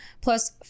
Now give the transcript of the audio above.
plus